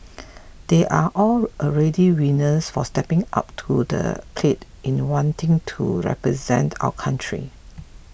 they are all already winners for stepping up to the plate in wanting to represent our country